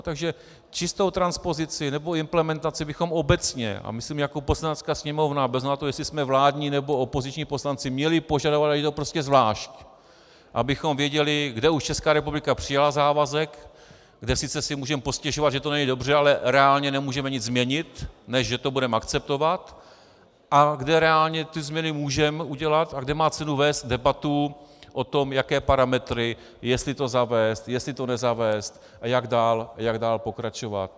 Takže čistou transpozici nebo implementaci bychom obecně, a myslím jako Poslanecká sněmovna bez ohledu na to, jestli jsme vládní, nebo opoziční poslanci, měli požadovat prostě zvlášť, abychom věděli, kde už Česká republika přijala závazek, kde sice si můžeme postěžovat, že to není dobře, ale reálně nemůžeme nic změnit, než že to budeme akceptovat, a kde reálně ty změny můžeme udělat a kde má cenu vést debatu o tom, jaké parametry, jestli to zavést, jestli to nezavést a jak dál pokračovat.